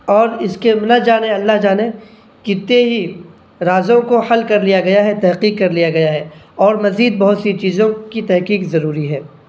اور اس کے الجھ جانے اللہ جانے کتنے ہی رازوں کو حل کر لیا گیا ہے تحقیق کر لیا گیا ہے اور مزید بہت سی چیزوں کی تحقیق ضروری ہے